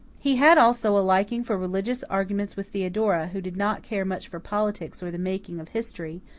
he had also a liking for religious arguments with theodora, who did not care much for politics or the making of history,